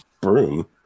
broom